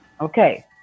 Okay